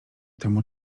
temu